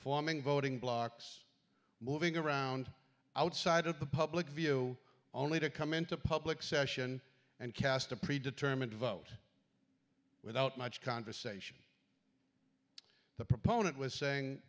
forming voting blocks moving around outside of the public view only to come into public session and cast a pre determined vote without much conversation the proponent was saying